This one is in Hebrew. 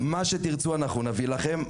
מה שתרצו אנחנו נביא לכם.